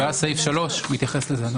סעיף קטן (3) מתייחס לזה.